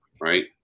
Right